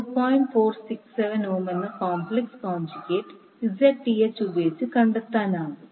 467 ohm എന്ന complex conjugate Zth ഉപയോഗിച്ച് കണ്ടെത്താനാകും